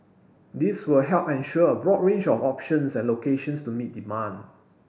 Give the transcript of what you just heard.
this will help ensure a broad range of options and locations to meet demand